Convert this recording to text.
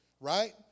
right